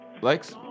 likes